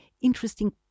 interesting